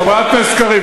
חברת הכנסת קריב,